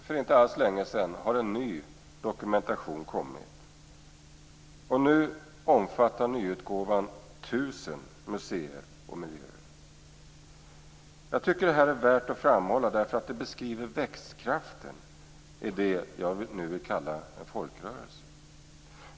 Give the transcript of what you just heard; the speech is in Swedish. För inte så länge sedan kom en ny dokumentation. Nu omfattar nyutgåvan 1 000 museer och miljöer. Jag tycker att det här är värt att framhålla eftersom det är en beskrivning av växtkraften i det jag vill kalla en folkrörelse.